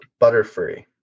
Butterfree